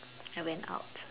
I went out